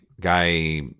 guy